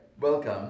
Welcome